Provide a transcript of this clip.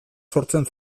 sortzen